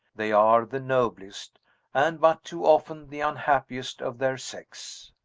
they are the noblest and but too often the unhappiest of their sex.